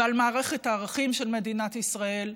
ועל מערכת הערכים של מדינת ישראל,